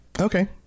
Okay